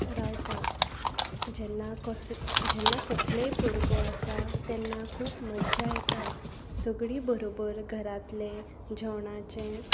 रावतात जेन्ना कसलेय परबो आसा तेन्ना खूब मज्जा येता सगळीं बरोबर घरांतलें जेवणाचें